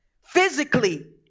physically